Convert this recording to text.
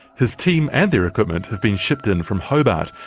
his team and equipment have been shipped in from hobart.